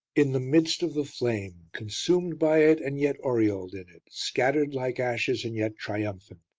in the midst of the flame, consumed by it and yet aureoled in it, scattered like ashes and yet triumphant,